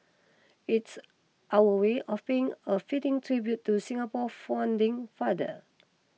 it's our way of paying a fitting tribute to Singapore founding father